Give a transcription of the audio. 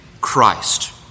Christ